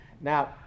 now